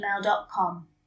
gmail.com